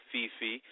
Fifi